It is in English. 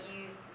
use